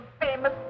famous